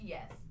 Yes